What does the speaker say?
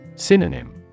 Synonym